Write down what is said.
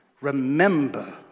remember